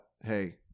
Hey